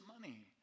money